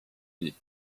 uni